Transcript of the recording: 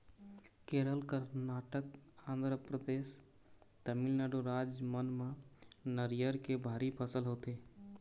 केरल, करनाटक, आंध्रपरदेस, तमिलनाडु राज मन म नरियर के भारी फसल होथे